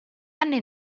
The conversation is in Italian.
anni